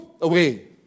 away